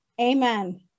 amen